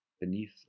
beneath